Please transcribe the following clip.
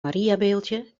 mariabeeldje